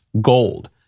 gold